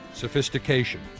sophistication